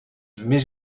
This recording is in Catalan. més